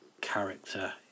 character